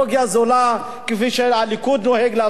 כפי שהליכוד נוהג לעשות כל הזמן.